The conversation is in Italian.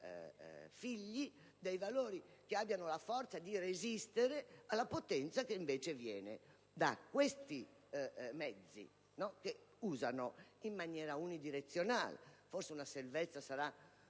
figli dei valori che abbiano la forza di resistere alla potenza che viene da questi mezzi, che essi usano in maniera unidirezionale. Forse la salvezza sarà